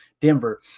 Denver